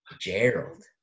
Gerald